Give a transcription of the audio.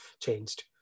changed